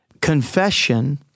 Confession